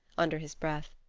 under his breath.